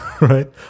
right